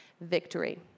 victory